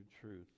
truth